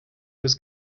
was